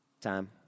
time